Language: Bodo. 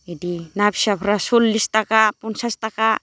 इदि ना फिसाफ्रा सल्लिस थाखा फनसास थाखा